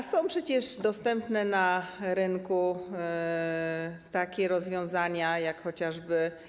A są przecież dostępne na rynku takie rozwiązania jak chociażby.